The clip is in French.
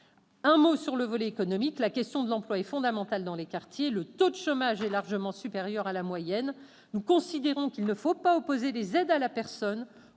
un mot du volet économique. La question de l'emploi est fondamentale dans les quartiers, où le taux de chômage est largement supérieur à la moyenne. Nous considérons qu'il ne faut pas opposer les aides à la personne